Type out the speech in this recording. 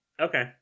Okay